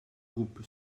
groupe